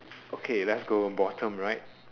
okay let's go bottom right